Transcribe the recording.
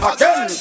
Again